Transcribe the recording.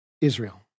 Israel